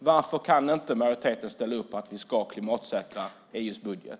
Varför kan inte majoriteten ställa upp på att vi ska klimatsäkra EU:s budget?